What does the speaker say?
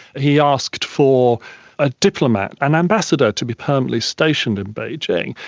he asked for a diplomat, an ambassador to be permanently stationed in beijing,